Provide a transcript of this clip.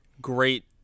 Great